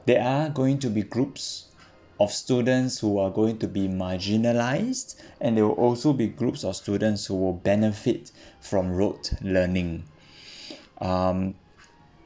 there are going to be groups of students who are going to be marginalised and there will also be groups of students who will benefit from rote learning um